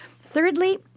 Thirdly